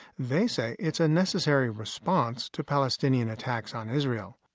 they say it's a necessary response to palestinian attacks on israel.